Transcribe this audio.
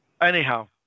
anyhow